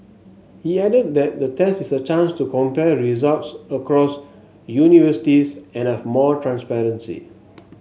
he added that the test is a chance to compare results across universities and have more transparency